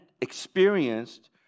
experienced